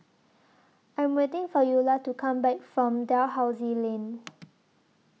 I Am waiting For Eulah to Come Back from Dalhousie Lane